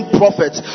prophets